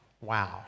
wow